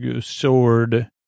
sword